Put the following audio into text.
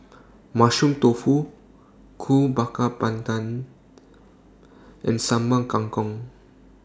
Mushroom Tofu Kuih Bakar Pandan and Sambal Kangkong